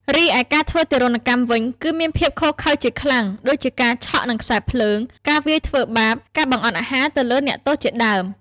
រីឯការធ្វើទារុណកម្មវិញ គឺមានភាពឃោឃៅជាខ្លាំង ដូចជា ការឆក់នឹងខ្សែរភ្លើង ការវាយធ្វើបាប ការបង្អត់អាហារទៅលើអ្នកទោសជាដើម។